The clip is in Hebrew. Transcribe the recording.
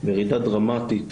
ירידה דרמטית